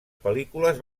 pel·lícules